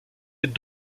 êtes